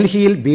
ഡൽഹിയിൽ ബി